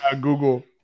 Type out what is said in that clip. Google